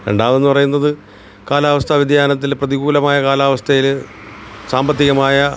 രണ്ടാമതെന്ന് പറയുന്നത് കാലാവസ്ഥ വ്യതിയാനത്തിൽ പ്രതികൂലമായ കാലാവസ്ഥയിൽ സാമ്പത്തികമായ